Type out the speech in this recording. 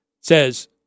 says